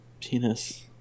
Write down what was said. Penis